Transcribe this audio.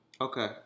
Okay